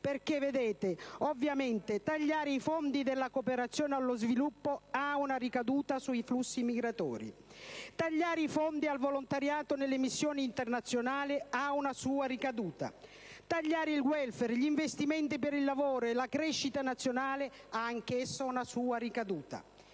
Vedete, tagliare i fondi della cooperazione allo sviluppo ha ovviamente una ricaduta sui flussi migratori; tagliare i fondi al volontariato nelle missioni internazionali ha una sua ricaduta; tagliare il *welfare* e gli investimenti per il lavoro e la crescita nazionale ha anch'esso una sua ricaduta.